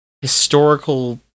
historical